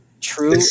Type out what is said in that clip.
True